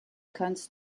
kannst